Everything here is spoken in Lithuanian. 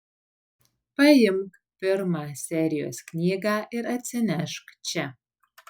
paimk pirmą serijos knygą ir atsinešk čia